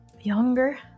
Younger